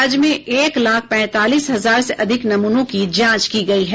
राज्य में एक लाख पैंतालीस हजार से अधिक नमूनों की जांच की गयी है